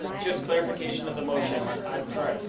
just clarification of the motion. and